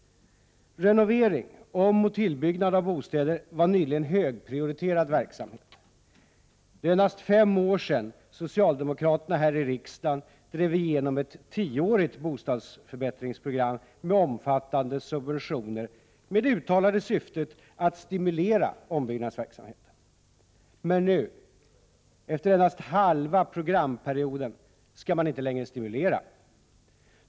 Renovering samt omoch tillbyggnad av bostäder var nyligen högprioriterad verksamhet. Det är endast fem år sedan socialdemokraterna här i riksdagen drev igenom ett tioårigt bostadsförbättringsprogram med omfattande subventioner, med det uttalade syftet att stimulera ombyggnadsverksamheten. Men nu, efter endast halva programperioden, skall man inte längre stimulera.